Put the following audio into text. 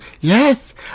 yes